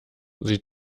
sie